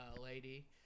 lady